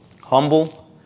Humble